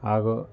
ಹಾಗು